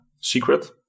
secret